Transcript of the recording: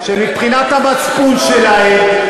שמבחינת המצפון שלהם,